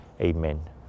Amen